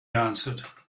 answered